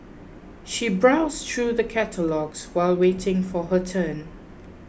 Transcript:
she browsed through the catalogues while waiting for her turn